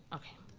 okay.